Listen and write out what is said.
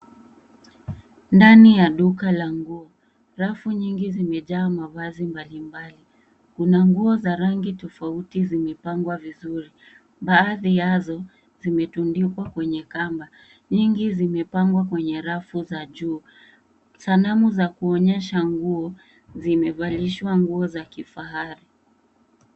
Ndani ya duka la nguo. Rafu nyingi zimejaa mavazi mbalimbali. Kuna nguo za rangi tofauti zimepangwa vizuri. Baadhi yao zimetundikwa kwenye kamba. Nyingi zimepangwa kwenye rafu za juu. Sanamu za kuonyesha nguo zimevalishwa nguo za kifahari